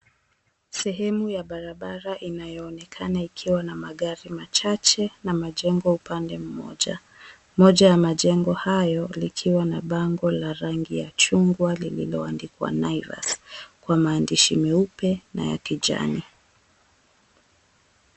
Sehemu ya barabara inayoonekana ikiwa na magari machache na majengo upande mmoja. Moja ya majengo hayo likiwa na bango la rangi ya chungwa lililoandikwa, "Naivas", kwa maandishi meupe na ya kijani.